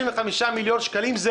35 מיליון שקלים,